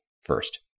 first